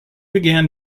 began